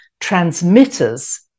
transmitters